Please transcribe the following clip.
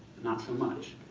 not so much.